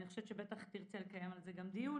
אני חושבת שבטח תרצה לקיים על זה דיון.